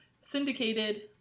syndicated